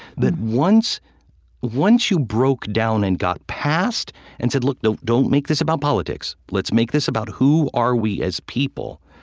that once once you broke down and got past and said, look, don't make this about politics. let's make this about who are we as people.